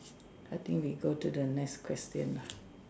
I think we go to the next question lah